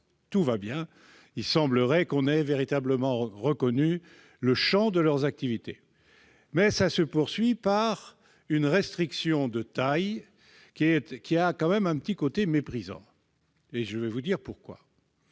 tout va bien : il semblerait que l'on ait véritablement reconnu le champ de leurs activités. S'ensuit néanmoins une restriction de taille, qui a tout de même un petit côté méprisant- je vais vous dire pourquoi